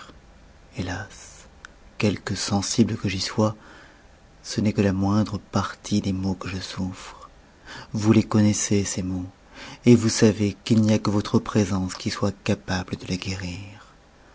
hélas quelque sensible que j'y sois ce n'est que la moindre partie des maux que je souffre vous les connaissez ces maux et vous savez qu'il n'y a que votre présence qui soit capable de les guérir